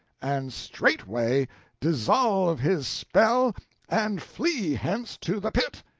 and straightway dissolve his spell and flee hence to the pit,